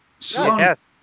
Yes